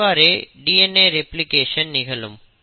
இவ்வாறே DNA replication நிகழும்